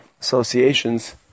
associations